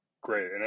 great